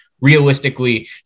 realistically